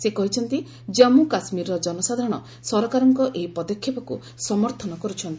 ସେ କହିଛନ୍ତି ଜନ୍ମୁ କାଶ୍ମୀରର ଜନସାଧାରଣ ସରକାରଙ୍କ ଏହି ପଦକ୍ଷେପକୁ ସମର୍ଥନ କର୍ତ୍ଥନ୍ତି